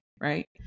right